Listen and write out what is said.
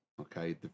Okay